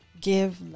give